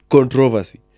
Controversy